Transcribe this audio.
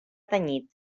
tenyit